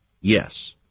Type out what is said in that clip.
yes